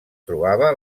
trobava